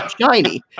shiny